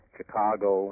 Chicago